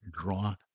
draw